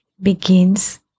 begins